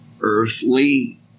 earthly